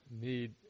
need